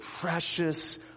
precious